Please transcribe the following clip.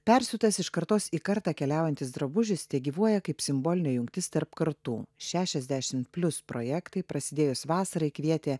persiūtas iš kartos į kartą keliaujantis drabužis tegyvuoja kaip simbolinė jungtis tarp kartų šešiasdešimt plius projektai prasidėjus vasarai kvietė